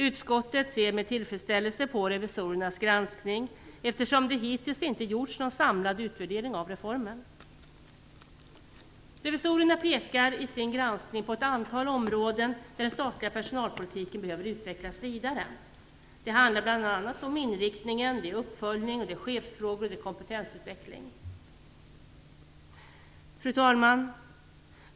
Utskottet ser med tillfredsställelse på revisorernas granskning, eftersom det hittills inte gjorts någon samlad utvärdering av reformen. Revisorerna pekar i sin granskning på ett antal områden där den statliga personalpolitiken behöver utvecklas vidare. Det handlar bl.a. om inriktning, uppföljning, chefsfrågor och kompetensutveckling. Fru talman!